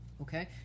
Okay